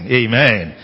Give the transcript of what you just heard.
amen